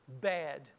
Bad